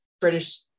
British